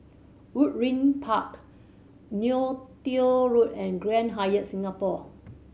Woodleigh Park Neo Tiew Road and Grand Hyatt Singapore